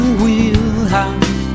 wheelhouse